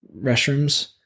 restrooms